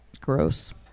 Gross